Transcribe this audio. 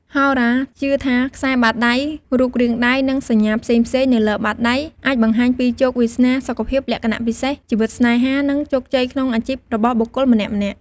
ហោរាជឿថា ខ្សែបាតដៃ រូបរាងដៃ និងសញ្ញាផ្សេងៗនៅលើបាតដៃ អាចបង្ហាញពីជោគវាសនា សុខភាព លក្ខណៈពិសេស ជីវិតស្នេហា និងជោគជ័យក្នុងអាជីពរបស់បុគ្គលម្នាក់ៗ។